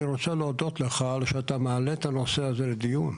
אני רוצה להודות לך על שאתה מעלה את הנושא הזה לדיון.